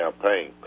campaign